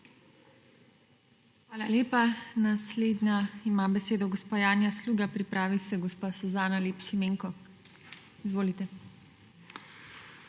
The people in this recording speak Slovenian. Hvala lepa. Naslednja ima besedo gospa Janja Sluga, pripravi se gospa Suzana Lep Šimenko. Izvolite.